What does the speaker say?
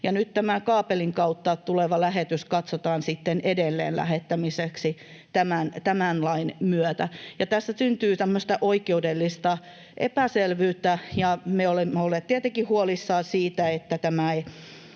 nyt tämä kaapelin kautta tuleva lähetys katsotaan sitten edelleenlähettämiseksi tämän lain myötä. Tässä syntyy tämmöistä oikeudellista epäselvyyttä, ja me olemme olleet tietenkin huolissamme siitä, että tämä ei